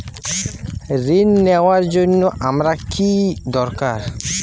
ঋণ নেওয়ার জন্য আমার কী দরকার?